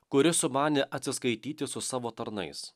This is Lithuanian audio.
kuris sumanė atsiskaityti su savo tarnais